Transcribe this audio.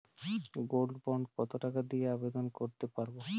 Gold bond কত টাকা দিয়ে আবেদন করতে পারবো?